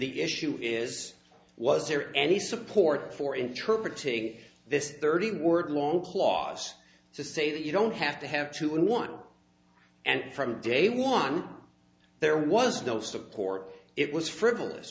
the issue is was there any support for interpretating this thirty word long clause to say that you don't have to have two in one and from day one there was no support it was frivolous